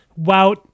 Wout